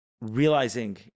realizing